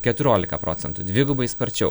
keturiolika procentų dvigubai sparčiau